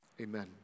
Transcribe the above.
Amen